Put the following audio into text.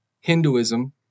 Hinduism